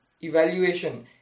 evaluation